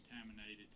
contaminated